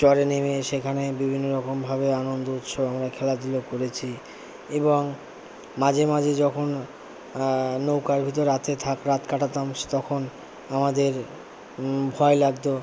চরে নেমে সেখানে বিভিন্ন রকমভাবে আনন্দ উৎসব আমরা খেলাধুলো করেছি এবং মাঝে মাঝে যখন নৌকার ভিতর রাত্রে থাক রাত কাটাতাম তখন আমাদের ভয় লাগত